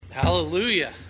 Hallelujah